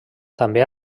també